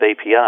API